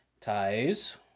Ties